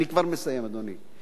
אני כבר מסיים, אדוני.